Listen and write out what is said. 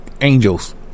angels